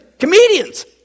Comedians